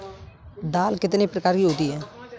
दाल कितने प्रकार की होती है?